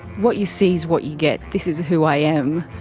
what you see is what you get. this is who i am.